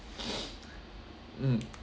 mm